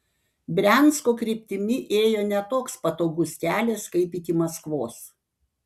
briansko kryptimi ėjo ne toks patogus kelias kaip iki maskvos